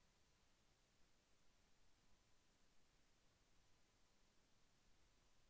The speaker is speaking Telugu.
నేను భీమా కోసం బ్యాంక్కి వచ్చి దరఖాస్తు చేసుకోవాలా?